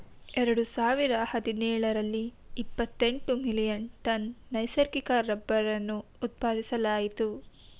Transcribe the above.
ಎರಡು ಸಾವಿರದ ಹದಿನೇಳರಲ್ಲಿ ಇಪ್ಪತೆಂಟು ಮಿಲಿಯನ್ ಟನ್ ನೈಸರ್ಗಿಕ ರಬ್ಬರನ್ನು ಉತ್ಪಾದಿಸಲಾಯಿತು